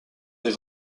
des